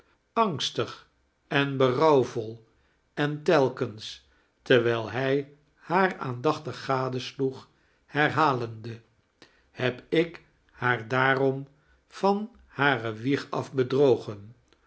angstig en berouwvol en telkens terwijl hij haar aandachtig gadesloeg herlialende heb ik haar daarom van hare wieg af bedrogen